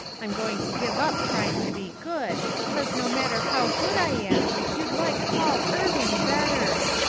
i'm going to give up trying to be good, cause no matter how good i am you'd like paul irving better.